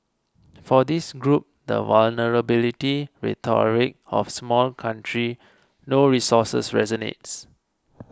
for this group the vulnerability rhetoric of small country no resources resonates